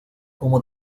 como